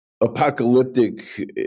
apocalyptic